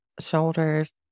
shoulders